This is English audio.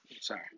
Sorry